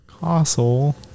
Castle